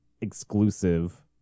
exclusive